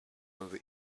over